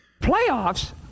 Playoffs